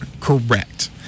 Correct